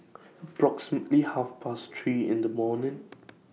approximately Half Past three in The morning